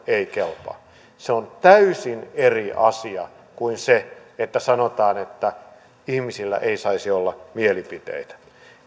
ei kelpaa se on täysin eri asia kuin se että sanotaan että ihmisillä ei saisi olla mielipiteitä